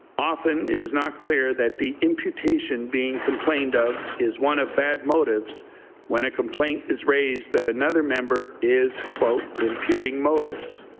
often it is not clear that the imputation being complained of is one of bad motives when a complaint is raised that another member is impugning motives.